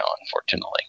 unfortunately